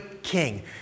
king